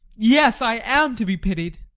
yes, i am to be pitied!